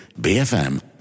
BFM